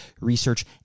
research